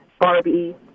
Barbie